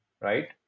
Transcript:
right